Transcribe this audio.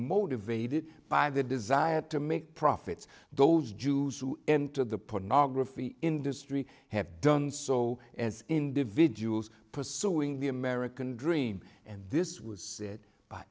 motivated by the desire to make profits those jews who entered the pornography industry have done so as individuals pursuing the american dream and this was said